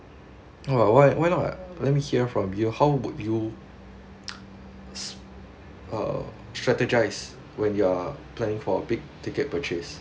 !wah! why why not I let me hear from you how would you s~ uh strategies when you are playing for a big ticket purchase